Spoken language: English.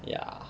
ya